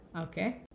okay